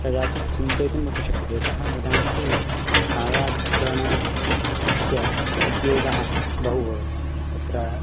कदाचित् चिन्तयितुमपि शक्यते यतः इदानीं तु छायाचित्रणस्य उद्योगः बहु भवति तत्र